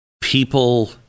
people